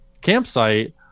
campsite